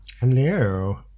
hello